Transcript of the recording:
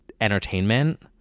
entertainment